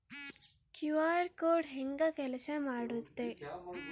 QR code ಹೆಂಗ ಕೆಲಸ ಮಾಡುತ್ತೆ?